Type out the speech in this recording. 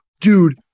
Dude